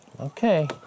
okay